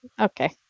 Okay